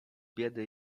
biedy